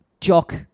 Jock